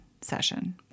session